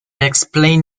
explain